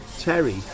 Terry